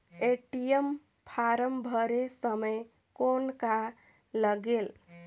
ATM form भरे समय कौन का लगेल?